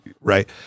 right